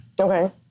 Okay